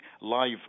live